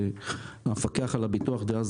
הכריז המפקח על הביטוח דאז,